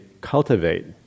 cultivate